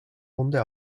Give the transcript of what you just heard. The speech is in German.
runde